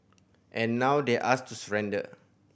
and now they asked to surrender